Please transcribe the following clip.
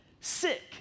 sick